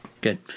good